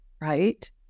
right